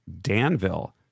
Danville